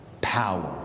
power